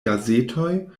gazetoj